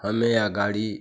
हमें या गाड़ी